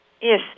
Yes